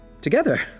together